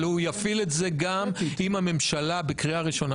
אבל הוא יפעיל את זה גם עם הממשלה בקריאה ראשונה.